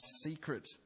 secret